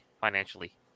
financially